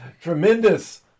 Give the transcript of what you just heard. Tremendous